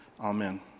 Amen